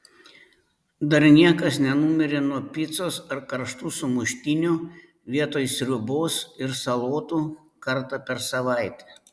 dar niekas nenumirė nuo picos ar karštų sumuštinių vietoj sriubos ir salotų kartą per savaitę